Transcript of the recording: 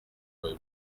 bihe